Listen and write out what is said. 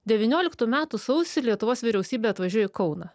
devynioliktų metų sausį lietuvos vyriausybė atvažiuoja į kauną